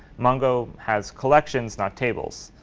mongo has collections, not tables.